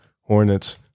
Hornets